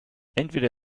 entweder